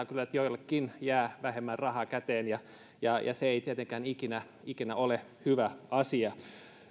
kyllä että joillekin jää vähemmän rahaa käteen ja ja se ei tietenkään ikinä ikinä ole hyvä asia